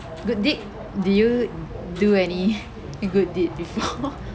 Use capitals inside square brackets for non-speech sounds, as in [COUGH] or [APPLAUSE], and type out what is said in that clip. good deed do you do any [LAUGHS] good deed before [LAUGHS]